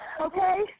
okay